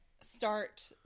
start